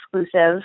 exclusive